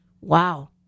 Wow